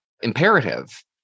imperative